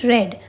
Red